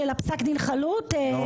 לא,